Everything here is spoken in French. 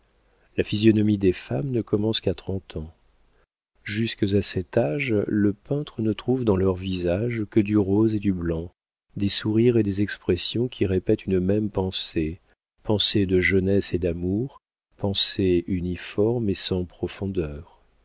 la physionomie des femmes ne commence qu'à trente ans jusques à cet âge le peintre ne trouve dans leurs visages que du rose et du blanc des sourires et des expressions qui répètent une même pensée pensée de jeunesse et d'amour pensée uniforme et sans profondeur